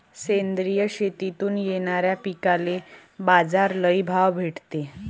सेंद्रिय शेतीतून येनाऱ्या पिकांले बाजार लई भाव भेटते